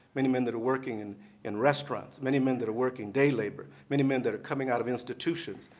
many men that are working in in restaurants, many men that are working day labor, many men that are coming out of institutions,